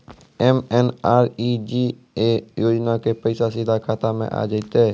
MNREGA योजना के पैसा सीधा खाता मे आ जाते?